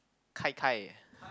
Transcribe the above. gai-gai